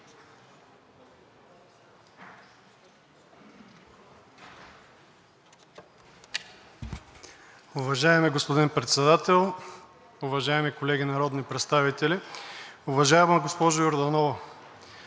Уважаеми господин Председател, уважаеми колеги народни представители! Уважаема госпожо Йорданова,